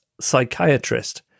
psychiatrist